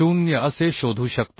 0 असे शोधू शकतो